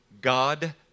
God